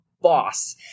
boss